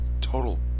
Total